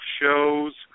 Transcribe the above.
shows